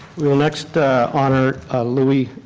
we will next honor luis,